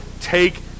take